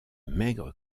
maigre